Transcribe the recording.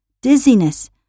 dizziness